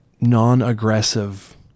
non-aggressive